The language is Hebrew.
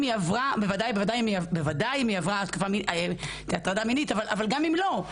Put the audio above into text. בוודאי אם היא עברה תקיפה מינית אבל גם אם לא.